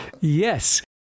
Yes